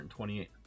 128